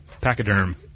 pachyderm